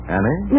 Annie